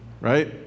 right